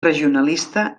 regionalista